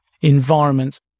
environments